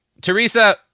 Teresa